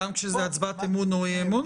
גם כשזה הצבעת אמון או אי-אמון?